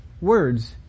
words